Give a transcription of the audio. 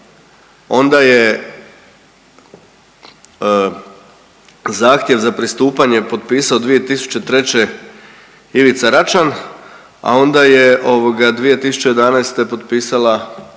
onda je zahtjev za pristupanje popisao 2003. Ivica Račan, a onda je ovoga 2011. potpisala